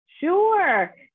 Sure